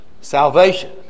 salvation